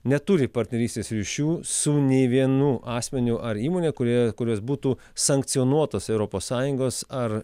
neturi partnerystės ryšių su nei vienu asmeniu ar įmonė kurie kurios būtų sankcionuotos europos sąjungos ar